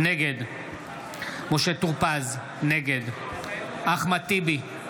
נגד משה טור פז, נגד אחמד טיבי,